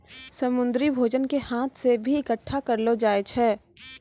समुन्द्री भोजन के हाथ से भी इकट्ठा करलो जाय छै